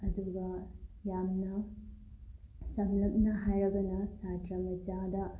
ꯑꯗꯨꯒ ꯌꯥꯝꯅ ꯁꯝꯂꯞꯅ ꯍꯥꯏꯔꯒꯅ ꯁꯥꯇ꯭ꯔ ꯃꯆꯥꯗ